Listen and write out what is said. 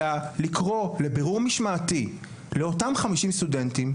אלא לקרוא לבירור משמעתי לאותם חמישים סטודנטים,